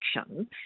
action